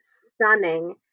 stunning